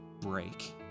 break